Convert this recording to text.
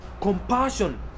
compassion